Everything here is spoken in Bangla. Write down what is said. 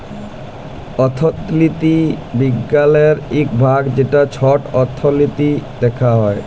অথ্থলিতি বিজ্ঞালের ইক ভাগ যেট ছট অথ্থলিতি দ্যাখা হ্যয়